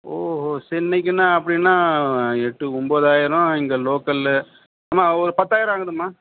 ஓஹோ சென்னைக்குன்னால் அப்படின்னா எட்டு ஒம்பதாயிரோம் இங்கே லோக்கல் அம்மா ஒரு பத்தாயிரம் ஆகுதும்மா